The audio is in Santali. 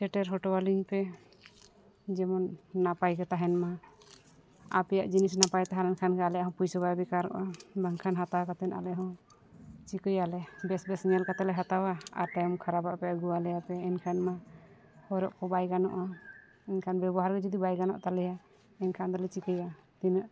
ᱥᱮᱴᱮᱨ ᱦᱚᱴᱚ ᱟᱹᱞᱤᱧᱯᱮ ᱡᱮᱢᱚᱱ ᱱᱟᱯᱟᱭᱼᱜᱮ ᱛᱟᱦᱮᱱᱢᱟ ᱟᱯᱮᱭᱟᱜ ᱡᱤᱱᱤᱥ ᱱᱟᱯᱟᱭ ᱛᱟᱦᱮᱸ ᱞᱮᱱᱠᱷᱟᱱ ᱟᱞᱮᱭᱟᱜᱼᱦᱚᱸ ᱯᱚᱭᱥᱟᱹ ᱵᱟᱭ ᱵᱮᱠᱟᱨᱚᱜᱼᱟ ᱵᱟᱝᱠᱷᱟᱱ ᱦᱟᱛᱟᱣ ᱠᱟᱛᱮᱫ ᱟᱞᱮᱦᱚᱸ ᱪᱤᱠᱟᱹᱭᱟᱞᱮ ᱵᱮᱥ ᱵᱮᱥ ᱧᱮᱞ ᱠᱟᱛᱮᱞᱮ ᱦᱟᱛᱟᱣᱟ ᱟᱨ ᱛᱟᱭᱚᱢ ᱠᱷᱟᱨᱟᱯᱟᱜ ᱯᱮ ᱟᱹᱜᱩᱣᱟᱞᱮᱭᱟᱯᱮ ᱮᱱᱠᱷᱟᱱᱢᱟ ᱦᱚᱨᱚᱜ ᱠᱚ ᱵᱟᱭ ᱜᱟᱱᱚᱜᱼᱟ ᱮᱱᱠᱷᱟᱱ ᱵᱮᱵᱚᱦᱟᱨ ᱜᱮ ᱡᱩᱫᱤ ᱵᱟᱭ ᱜᱟᱱᱚᱜ ᱛᱟᱞᱮᱭᱟ ᱮᱱᱠᱷᱟᱱ ᱫᱚᱞᱮ ᱪᱤᱠᱟᱹᱭᱟ ᱛᱤᱱᱟᱹᱜ